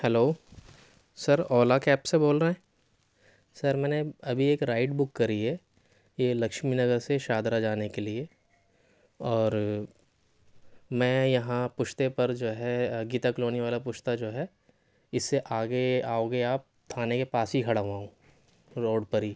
hello sir Ola cab سے بول رہے ہیں سر میں نے ابھی ایک رائڈ بک کری ہے یہ لکشمی نگر سے شاہدرہ جانے کے لیے اور میں یہاں پُشتے پر جو ہے گیتا کالونی والا پشتہ جو ہے اِس سے آگے آؤگے آپ تھانے کے پاس ہی کھڑا ہُوا ہوں روڈ پر ہی